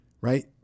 right